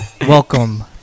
Welcome